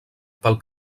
pel